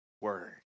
word